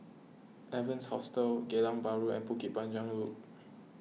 Evans Hostel Geylang Bahru and Bukit Panjang Loop